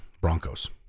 Broncos